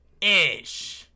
Ish